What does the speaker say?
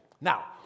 Now